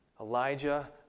Elijah